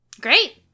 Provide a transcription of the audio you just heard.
Great